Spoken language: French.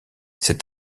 cet